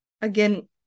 again